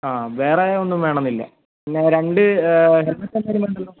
ആ വേറെ ഒന്നും വേണമെന്നില്ല പിന്നെ രണ്ട് ഹെൽമറ്റ് എന്തെങ്കിലും